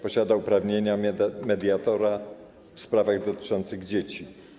Posiada uprawnienia mediatora w sprawach dotyczących dzieci.